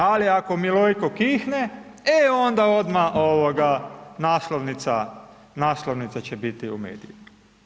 Ali ako Milojko kihne, e onda odmah ovoga, naslovnica, će biti u medijima.